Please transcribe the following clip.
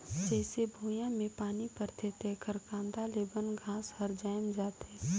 जईसे भुइयां में पानी परथे तेकर कांदा ले बन घास हर जायम जाथे